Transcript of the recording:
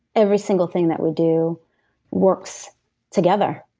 every single thing that we do works together.